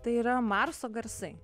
tai yra marso garsai